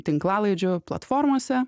tinklalaidžių platformose